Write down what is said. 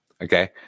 Okay